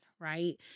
Right